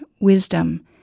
wisdom